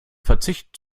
verzicht